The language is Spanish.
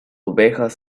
ovejas